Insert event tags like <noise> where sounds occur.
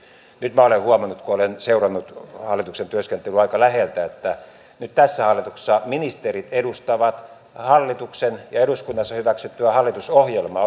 nyt minä olen huomannut kun olen seurannut hallituksen työskentelyä aika läheltä että nyt tässä hallituksessa ministerit edustavat hallituksen eduskunnassa hyväksyttyä hallitusohjelmaa <unintelligible>